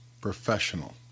professional